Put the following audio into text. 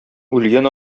үлгән